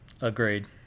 Agreed